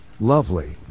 lovely